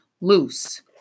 Loose